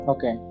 Okay